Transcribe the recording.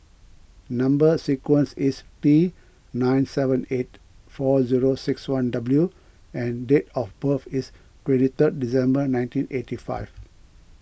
Number Sequence is T nine seven eight four zero six one W and date of birth is twenty third December nineteen eighty five